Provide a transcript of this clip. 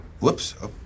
Whoops